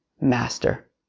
master